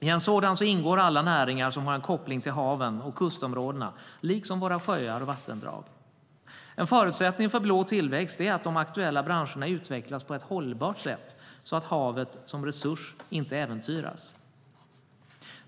I en sådan ingår alla näringar som har en koppling till haven och kustområdena liksom våra sjöar och vattendrag. En förutsättning för blå tillväxt är att de aktuella branscherna utvecklas på ett hållbart sätt så att havet som resurs inte äventyras.